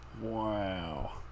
Wow